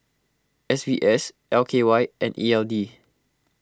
S B S L K Y and E L D